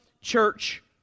church